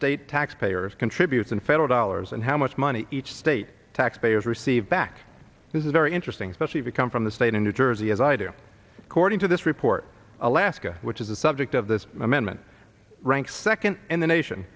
state taxpayers contributes in federal dollars and how much money each state taxpayers receive back this is very interesting especially if you come from the state in new jersey as i do according to this report alaska which is the subject of this amendment ranks second in the nation